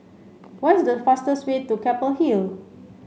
what's the fastest way to Keppel Hill